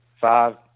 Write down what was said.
five